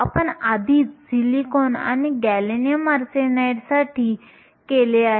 आपण आधीच सिलिकॉन आणि गॅलियम आर्सेनाइड साठी केले आहे